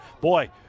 boy